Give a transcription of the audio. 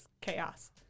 chaos